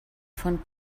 von